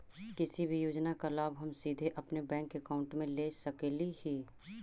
किसी भी योजना का लाभ हम सीधे अपने बैंक अकाउंट में ले सकली ही?